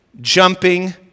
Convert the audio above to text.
jumping